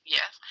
Yes